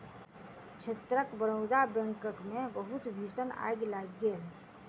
क्षेत्रक बड़ौदा बैंकक मे बहुत भीषण आइग लागि गेल